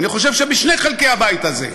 אני חושב שבשני חלקי הבית הזה,